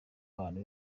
abantu